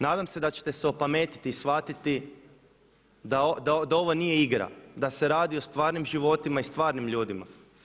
Nadam se da ćete se opametiti i shvatiti da ovo nije igra, da se radi o stvarnim životima i s stvarnim ljudima.